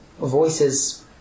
voices